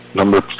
number